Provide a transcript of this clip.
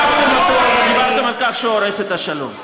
תקפתם אותו ודיברתם על כך שהוא הורס את השלום.